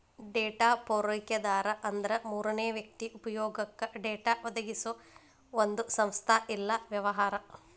data ಪೂರೈಕೆದಾರ ಅಂದ್ರ ಮೂರನೇ ವ್ಯಕ್ತಿ ಉಪಯೊಗಕ್ಕ ಡೇಟಾ ಒದಗಿಸೊ ಒಂದ್ ಸಂಸ್ಥಾ ಇಲ್ಲಾ ವ್ಯವಹಾರ